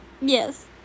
Yes